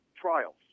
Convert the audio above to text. trials